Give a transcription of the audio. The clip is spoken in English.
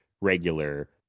regular